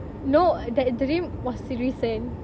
no that dream was recent